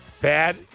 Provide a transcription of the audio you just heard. Bad